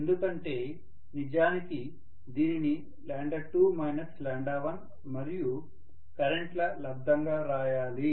ఎందుకంటే నిజానికి దీనిని 2 1మరియు కరెంట్ ల లబ్దంగా రాయాలి